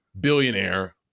billionaire